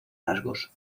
rasgos